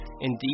Indeed